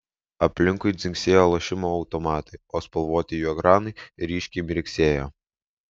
aplinkui dzingsėjo lošimo automatai o spalvoti jų ekranai ryškiai mirksėjo